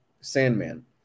Sandman